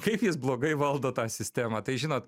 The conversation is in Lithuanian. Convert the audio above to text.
kaip jis blogai valdo tą sistemą tai žinot